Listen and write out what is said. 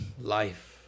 Life